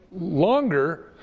longer